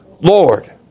Lord